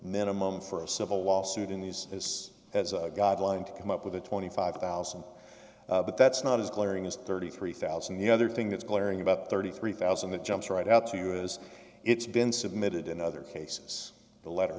minimum for a civil lawsuit in these is as a guideline to come up with a twenty five thousand but that's not as glaring as thirty three thousand the other thing that's glaring about thirty three thousand that jumps right out to you as it's been submitted in other cases the letter